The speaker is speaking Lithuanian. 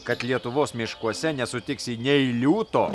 kad lietuvos miškuose nesutiksi nei liūto